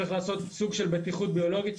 צריך לעשות סוג של בטיחות ביולוגית,